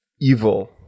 Evil